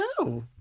No